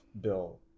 Bill